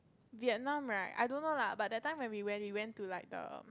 Vietnam right I don't know lah but that time we went we went to like the